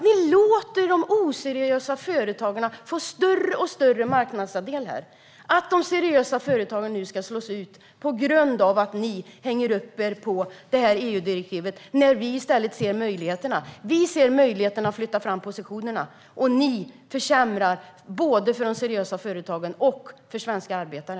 Ni låter de oseriösa företagarna få en allt större marknadsandel, och de seriösa företagen ska nu slås ut på grund av att ni hänger upp er på det här EU-direktivet. Vi ser möjligheterna att flytta fram positionerna. Ni försämrar i stället, både för de seriösa företagen och för svenska arbetare.